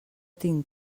tinc